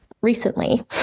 recently